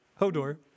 Hodor